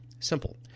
Simple